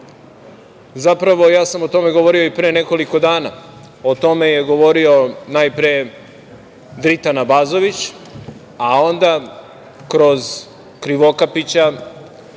Zapravo, ja sam o tome govorio pre nekoliko dana.O tome je govorio najpre Dritan Abazović, a onda kroz Krivokapića,